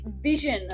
vision